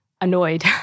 annoyed